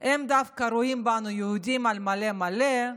הם דווקא רואים בנו יהודים על מלא מלא,